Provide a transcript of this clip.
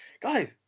guys